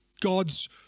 God's